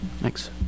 Thanks